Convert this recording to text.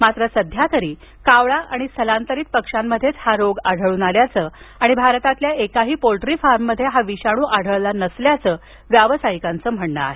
मात्र सध्या तरी कावळा आणि स्थलांतरीत पक्ष्यांमध्येच हा रोग आढळुन आल्याचं आणि भारतातल्या एकाही पोल्ट्री फार्ममध्ये हा विषाणू आढळला नसल्याचं व्यवसायिकांचं म्हणणं आहे